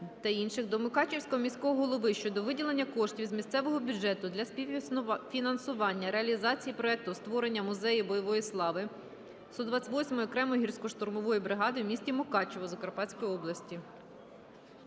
та інших) до Мукачівського міського голови щодо виділення коштів з місцевого бюджету для співфінансування реалізації проекту створення Музею бойової слави 128-ї окремої гірсько-штурмової бригади в місті Мукачево Закарпатської області.